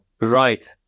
right